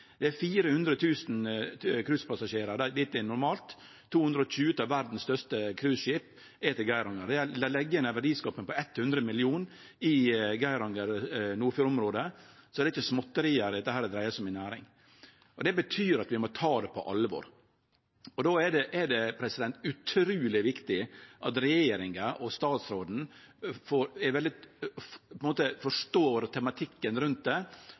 Det kjem normalt 400 000 cruisepassasjerar inn dit. 220 av verdas største cruiseskip går til Geiranger. Dei legg igjen ei verdiskaping på 100 mill. kr i Nordfjordområdet, så det er ikkje småtteri dette dreier seg om i næring. Det betyr at vi må ta det på alvor. Då er det utruleg viktig at regjeringa og statsråden forstår tematikken rundt det – at næringa i området, hamnevesenet og andre, er